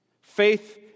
Faith